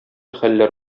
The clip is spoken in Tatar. хәлләр